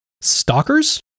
stalkers